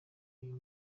uyu